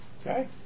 okay